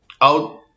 out